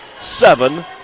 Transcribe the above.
seven